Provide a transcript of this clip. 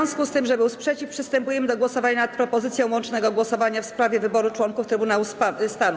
W związku z tym, że był sprzeciw, przystępujemy do głosowania nad propozycją łącznego głosowania w sprawie wyboru członków Trybunału Stanu.